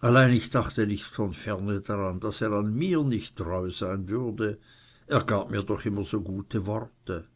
allein ich dachte nicht von ferne daran daß er an mir nicht treu sein würde er gab mir immer so gute worte